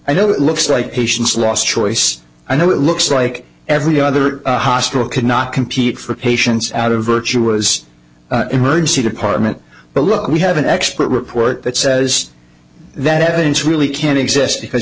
i know it looks like patients last choice i know it looks like every other hospital cannot compete for patients out of virtue was emergency department but look we have an expert report that says that evidence really can't exist because